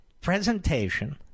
presentation